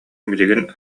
билигин